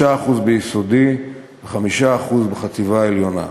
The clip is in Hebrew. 3% ביסודי ו-5% בחטיבה העליונה.